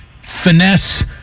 finesse